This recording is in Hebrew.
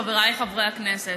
חבריי חברי הכנסת,